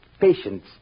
patience